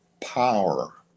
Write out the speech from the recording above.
power